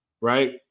Right